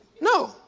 No